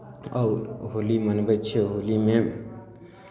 आओर होली मनबै छियै होलीमे